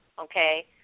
okay